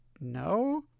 no